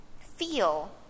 feel